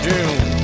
June